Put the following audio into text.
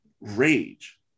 rage